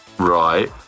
Right